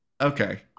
Okay